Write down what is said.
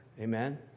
Amen